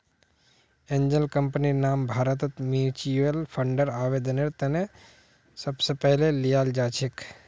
angel कम्पनीर नाम भारतत म्युच्युअल फंडर आवेदनेर त न सबस पहले ल्याल जा छेक